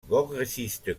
progressiste